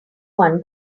one